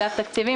אגף תקציבים,